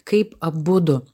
kaip abudu